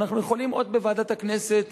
אנחנו יכולים עוד בוועדת הכנסת